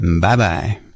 Bye-bye